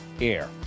air